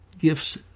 gifts